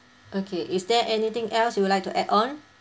okay is there anything else you'd like to add on